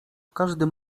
każdym